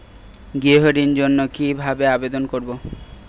গৃহ ঋণ জন্য কি ভাবে আবেদন করব?